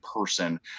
person